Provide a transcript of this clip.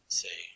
say